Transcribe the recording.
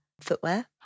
footwear